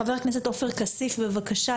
חבר הכנסת עופר כסיף, בבקשה.